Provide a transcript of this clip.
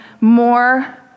more